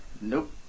Nope